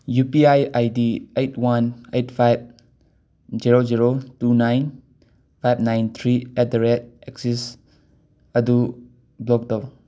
U P I ID eight one eight five zero zero two nine five nine three at the rate axis ꯑꯗꯨ block ꯇꯧ